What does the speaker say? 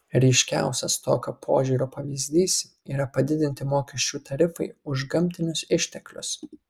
ryškiausias tokio požiūrio pavyzdys yra padidinti mokesčių tarifai už gamtinius išteklius